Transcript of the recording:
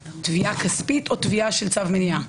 לתביעה כספית או תביעה של צו עשה או מניעה?